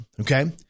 Okay